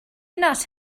not